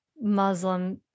Muslim